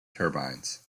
turbines